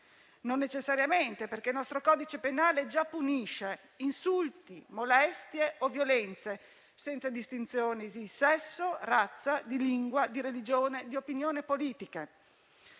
Non necessariamente, perché il nostro codice penale già punisce insulti, molestie o violenze, senza distinzioni di sesso, razza, lingua, religione o opinione politica.